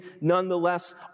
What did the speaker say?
nonetheless